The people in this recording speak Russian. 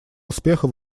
успеха